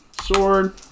sword